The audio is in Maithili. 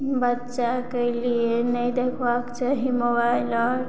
बच्चाके लिए नहि देखबाक चाही मोबाइल आर